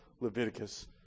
Leviticus